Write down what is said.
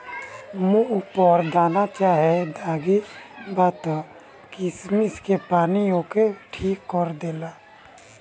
मुहे पर दाना चाहे दागी बा त किशमिश के पानी ओके ठीक कर देला